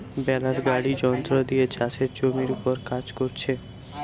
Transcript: বেলার গাড়ি যন্ত্র দিয়ে চাষের জমির উপর কাজ কোরছে